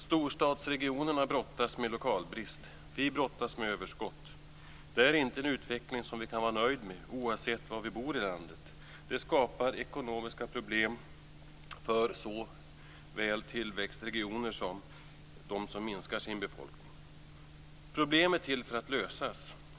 Storstadsregionerna brottas med lokalbrist. Vi brottas med överskott. Det är inte en utveckling som vi kan vara nöjda med oavsett var vi bor i landet. Det skapar ekonomiska problem för såväl tillväxtregioner som dem som minskar sin befolkning. Problem är till för att lösas.